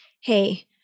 Hey